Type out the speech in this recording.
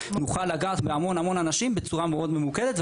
נוכל לגעת בהמון אנשים בצורה מאוד ממוקדת,